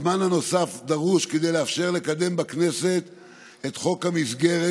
הזמן הנוסף דרוש כדי לאפשר לקדם בכנסת את חוק המסגרת,